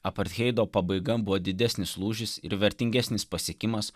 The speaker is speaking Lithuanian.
apartheido pabaiga buvo didesnis lūžis ir vertingesnis pasiekimas